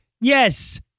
Yes